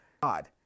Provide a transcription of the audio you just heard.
God